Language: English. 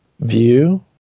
view